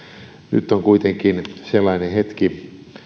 nyt on kuitenkin sellainen hetki